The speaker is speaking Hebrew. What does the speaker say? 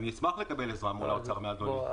אני אשמח לקבל עזרה מול האוצר מאדוני.